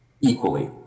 equally